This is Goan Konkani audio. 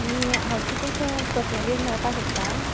आनी हांव तुका अशे पर्सनली मेळपाक शकतां